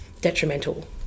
detrimental